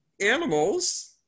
animals